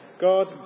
God